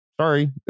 Sorry